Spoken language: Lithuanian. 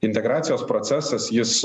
integracijos procesas jis